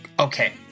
okay